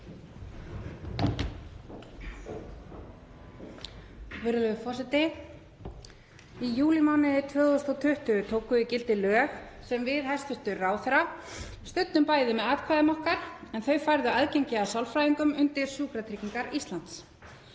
Virðulegi forseti. Í júlímánuði 2020 tóku gildi lög sem við hæstv. ráðherra studdum bæði með atkvæðum okkar en þau færðu aðgengi að sálfræðingum undir Sjúkratryggingar Íslands.